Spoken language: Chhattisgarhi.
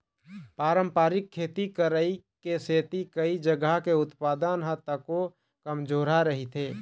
पारंपरिक खेती करई के सेती कइ जघा के उत्पादन ह तको कमजोरहा रहिथे